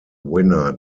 winner